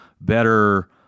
better